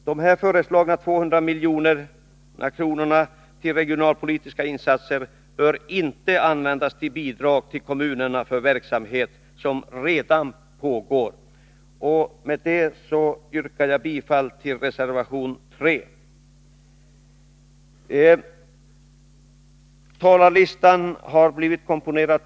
De föreslagna 200 milj.kr. till regionalpolitiska insatser bör inte användas för bidrag till kommunerna för verksamhet som redan pågår. Med detta yrkar jag bifall till reservation 3 i näringsutskottets betänkande 38. Herr talman!